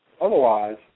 Otherwise